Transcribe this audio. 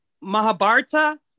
Mahabharata